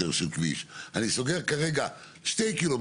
ל-"אינפרא 2",